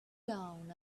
down